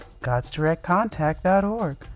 godsdirectcontact.org